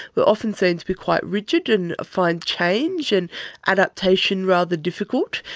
we are often seen to be quite rigid and find change and adaptation rather difficult.